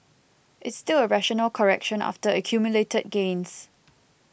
it's still a rational correction after accumulated gains